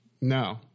No